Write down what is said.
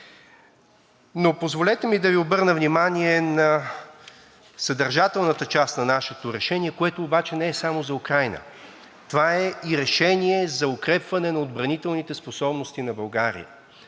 Но позволете ми да Ви обърна внимание на съдържателната част на нашето решение, което обаче не е само за Украйна. Това е и решение за укрепване на отбранителните способности на България.